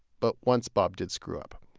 but, once bob did screw up.